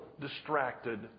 distracted